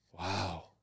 Wow